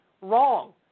Wrong